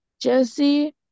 Jesse